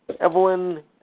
Evelyn